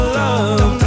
love